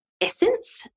essence